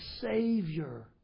Savior